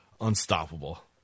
unstoppable